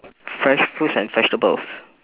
fresh fruits and vegetables